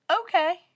okay